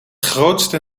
grootste